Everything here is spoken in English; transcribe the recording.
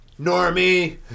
Normie